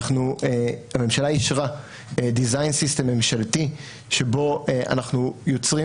הממשלה אישרה design system ממשלתי שבו אנחנו יוצרים